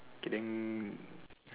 okay then